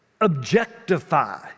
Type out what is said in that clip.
objectify